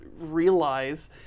realize